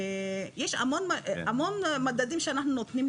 יש המון מדדים שאנחנו נותנים,